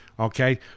Okay